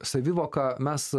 savivoką mes